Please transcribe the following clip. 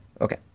Okay